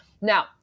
Now